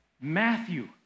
Matthew